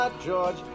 George